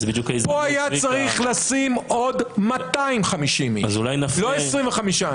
פה היה צריך לשים עוד 250 איש, לא 25 אנשים.